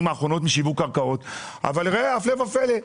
האחרונות משיווק קרקעות אבל הפלא ופלא,